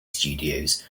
studios